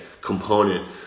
component